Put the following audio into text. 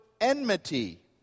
enmity